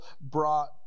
brought